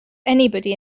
anybody